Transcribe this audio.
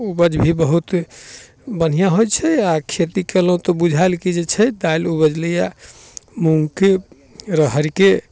उपज भी बहुत बढ़िआँ होइ छै आओर खेती केलहुँ तऽ बुझाएल कि छै दालि उपजलै अइ मूँगके राहरिके